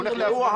הוא הולך להפגנה.